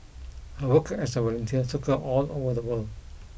her work as a volunteer took her all over the world